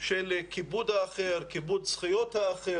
של כיבוד האחר וזכויותיו.